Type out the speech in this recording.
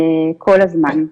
כל הזמן.